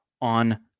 on